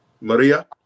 Maria